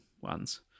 ones